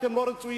אתם לא רצויים.